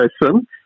person